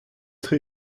tre